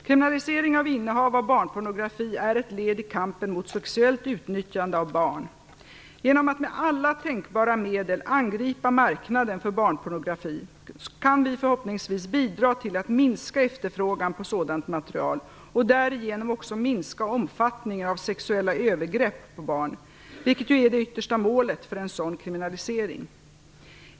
Kriminalisering av innehav av barnpornografi är ett led i kampen mot sexuellt utnyttjande av barn. Genom att med alla tänkbara medel angripa marknaden för barnpornografi kan vi förhoppningsvis bidra till att minska efterfrågan på sådant material och därigenom också minska omfattningen av sexuella övergrepp på barn, vilket ju är det yttersta målet för en sådan kriminalisering.